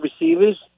receivers